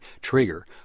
trigger